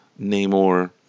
namor